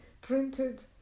printed